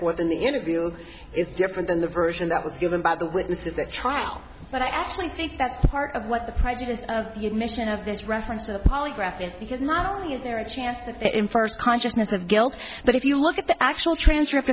what in the interview is different than the version that was given by the witnesses the trial but i actually think that's part of what the prejudice you mention of his reference to the polygraph is because not only is there a chance that in first consciousness of guilt but if you look at the actual transcript